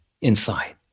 inside